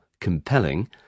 compelling